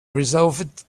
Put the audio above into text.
resolved